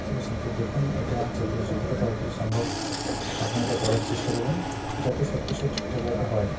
বুঝতে পেরেছেন তো দেখুন এটা যাতে যতটা তাড়াতাড়ি সম্ভব আপনি ওটা করার চেষ্টা করুন যাতে সব কিছু ঠিকঠাকভাবে হয়